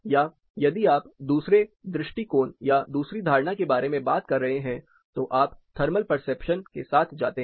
या यदि आप दूसरे दृष्टिकोण या दूसरी धारणा के बारे में बात कर रहे हैं तो आप थर्मल परसेप्शन के साथ आते हैं